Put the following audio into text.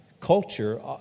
culture